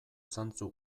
zantzu